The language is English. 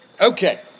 Okay